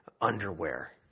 underwear